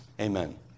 Amen